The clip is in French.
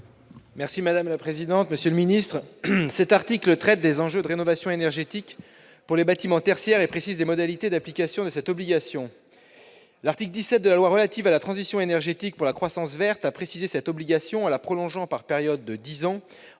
: La parole est à M. Guillaume Gontard. L'article 55 traite des enjeux de rénovation énergétique pour les bâtiments tertiaires et précise les modalités d'application de cette obligation. L'article 17 de la loi relative à la transition énergétique pour la croissance verte précise cette obligation en la prolongeant par périodes de dix ans